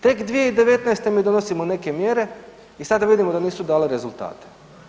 Tek 2019. mi donosimo neke mjere i sada vidimo da nisu dale rezultate.